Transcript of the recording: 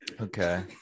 okay